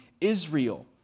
Israel